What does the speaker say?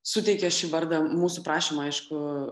suteikė šį vardą mūsų prašymu aišku